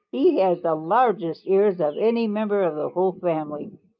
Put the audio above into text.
he has the largest ears of any member of the whole family.